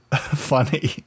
funny